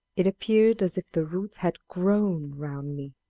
it appeared as if the roots had grown round me!